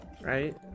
right